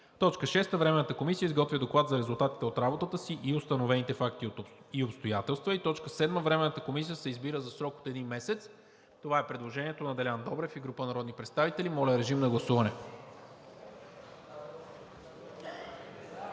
6. Временната комисия изготвя доклад за резултатите от работата си и установените факти и обстоятелства. 7. Временната комисия се избира за срок от един месец.“ Това е предложението на Делян Добрев и група народни представители. Моля, режим на гласуване.